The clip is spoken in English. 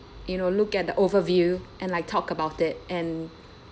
you know look at the overview and like talk about it and